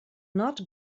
not